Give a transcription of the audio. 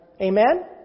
Amen